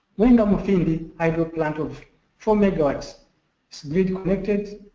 mwenga mufindi hydro plant of four megawatts is grid connected.